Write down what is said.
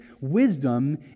wisdom